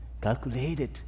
calculated